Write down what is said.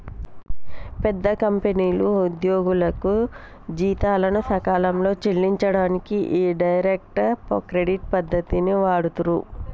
పెద్ద కంపెనీలు ఉద్యోగులకు జీతాలను సకాలంలో చెల్లించనీకి ఈ డైరెక్ట్ క్రెడిట్ పద్ధతిని వాడుతుర్రు